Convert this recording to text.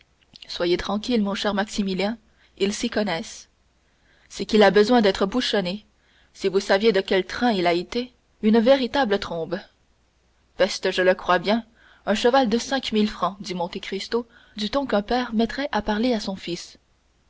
soyez tranquille mon cher maximilien ils s'y connaissent c'est qu'il a besoin d'être bouchonné si vous saviez de quel train il a été une véritable trombe peste je le crois bien un cheval de cinq mille francs dit monte cristo du ton qu'un père mettrait à parler à son fils